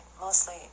Mostly